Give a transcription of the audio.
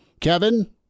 Kevin